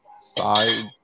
side